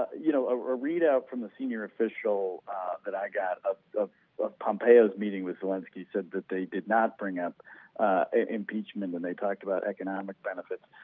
you know, a readout from the senior official that i got of pompeo's meeting with zelensky said they did not bring up impeachment and they talked about economic benefits.